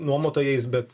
nuomotojais bet